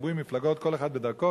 כל אחד בדרכו,